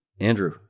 Andrew